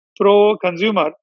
pro-consumer